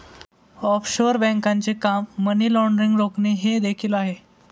offshore बँकांचे काम money laundering रोखणे हे देखील आहे